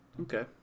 Okay